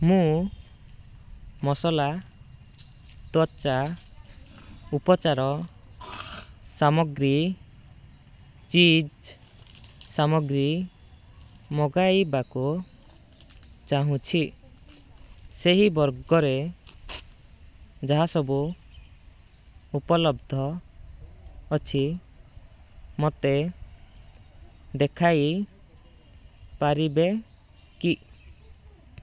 ମୁଁ ମସଲା ତ୍ଵଚା ଉପଚାର ସାମଗ୍ରୀ ଚିଜ୍ ସାମଗ୍ରୀ ମଗାଇବାକୁ ଚାହୁଁଛି ସେହି ବର୍ଗରେ ଯାହା ସବୁ ଉପଲବ୍ଧ ଅଛି ମୋତେ ଦେଖାଇ ପାରିବେ କି